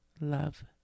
Love